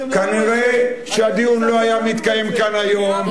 כנראה הדיון לא היה מתקיים כאן היום,